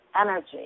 energy